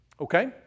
Okay